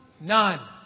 None